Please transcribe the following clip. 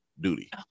duty